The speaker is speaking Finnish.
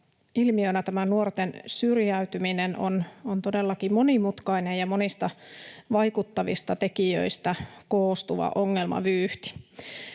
ilmiönä nuorten syrjäytyminen on todellakin monimutkainen ja monista vaikuttavista tekijöistä koostuva ongelmavyyhti.